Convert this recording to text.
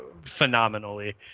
phenomenally